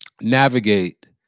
navigate